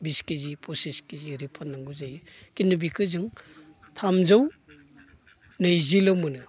बिस खेजि फसिस खेजि एरै फाननांगौ जायो खिन्थु बेखौ जों थामजौ नैजिल' मोनो